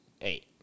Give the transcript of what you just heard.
Eight